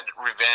revenge